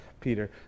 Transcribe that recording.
Peter